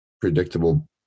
predictable